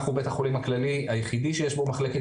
אנחנו בית החולים הכללי היחידי שיש בו מחלקת